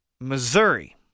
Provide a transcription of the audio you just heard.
Missouri